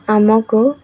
ଆମକୁ